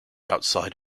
outside